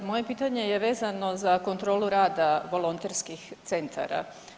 Moje pitanje je vezano za kontrolu rada volonterskih centara.